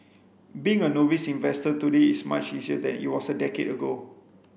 being a novice investor today is much easier than it was a decade ago